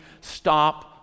stop